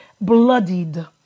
bloodied